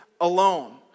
alone